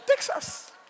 Texas